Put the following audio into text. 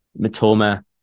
Matoma